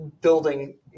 building